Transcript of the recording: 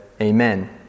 Amen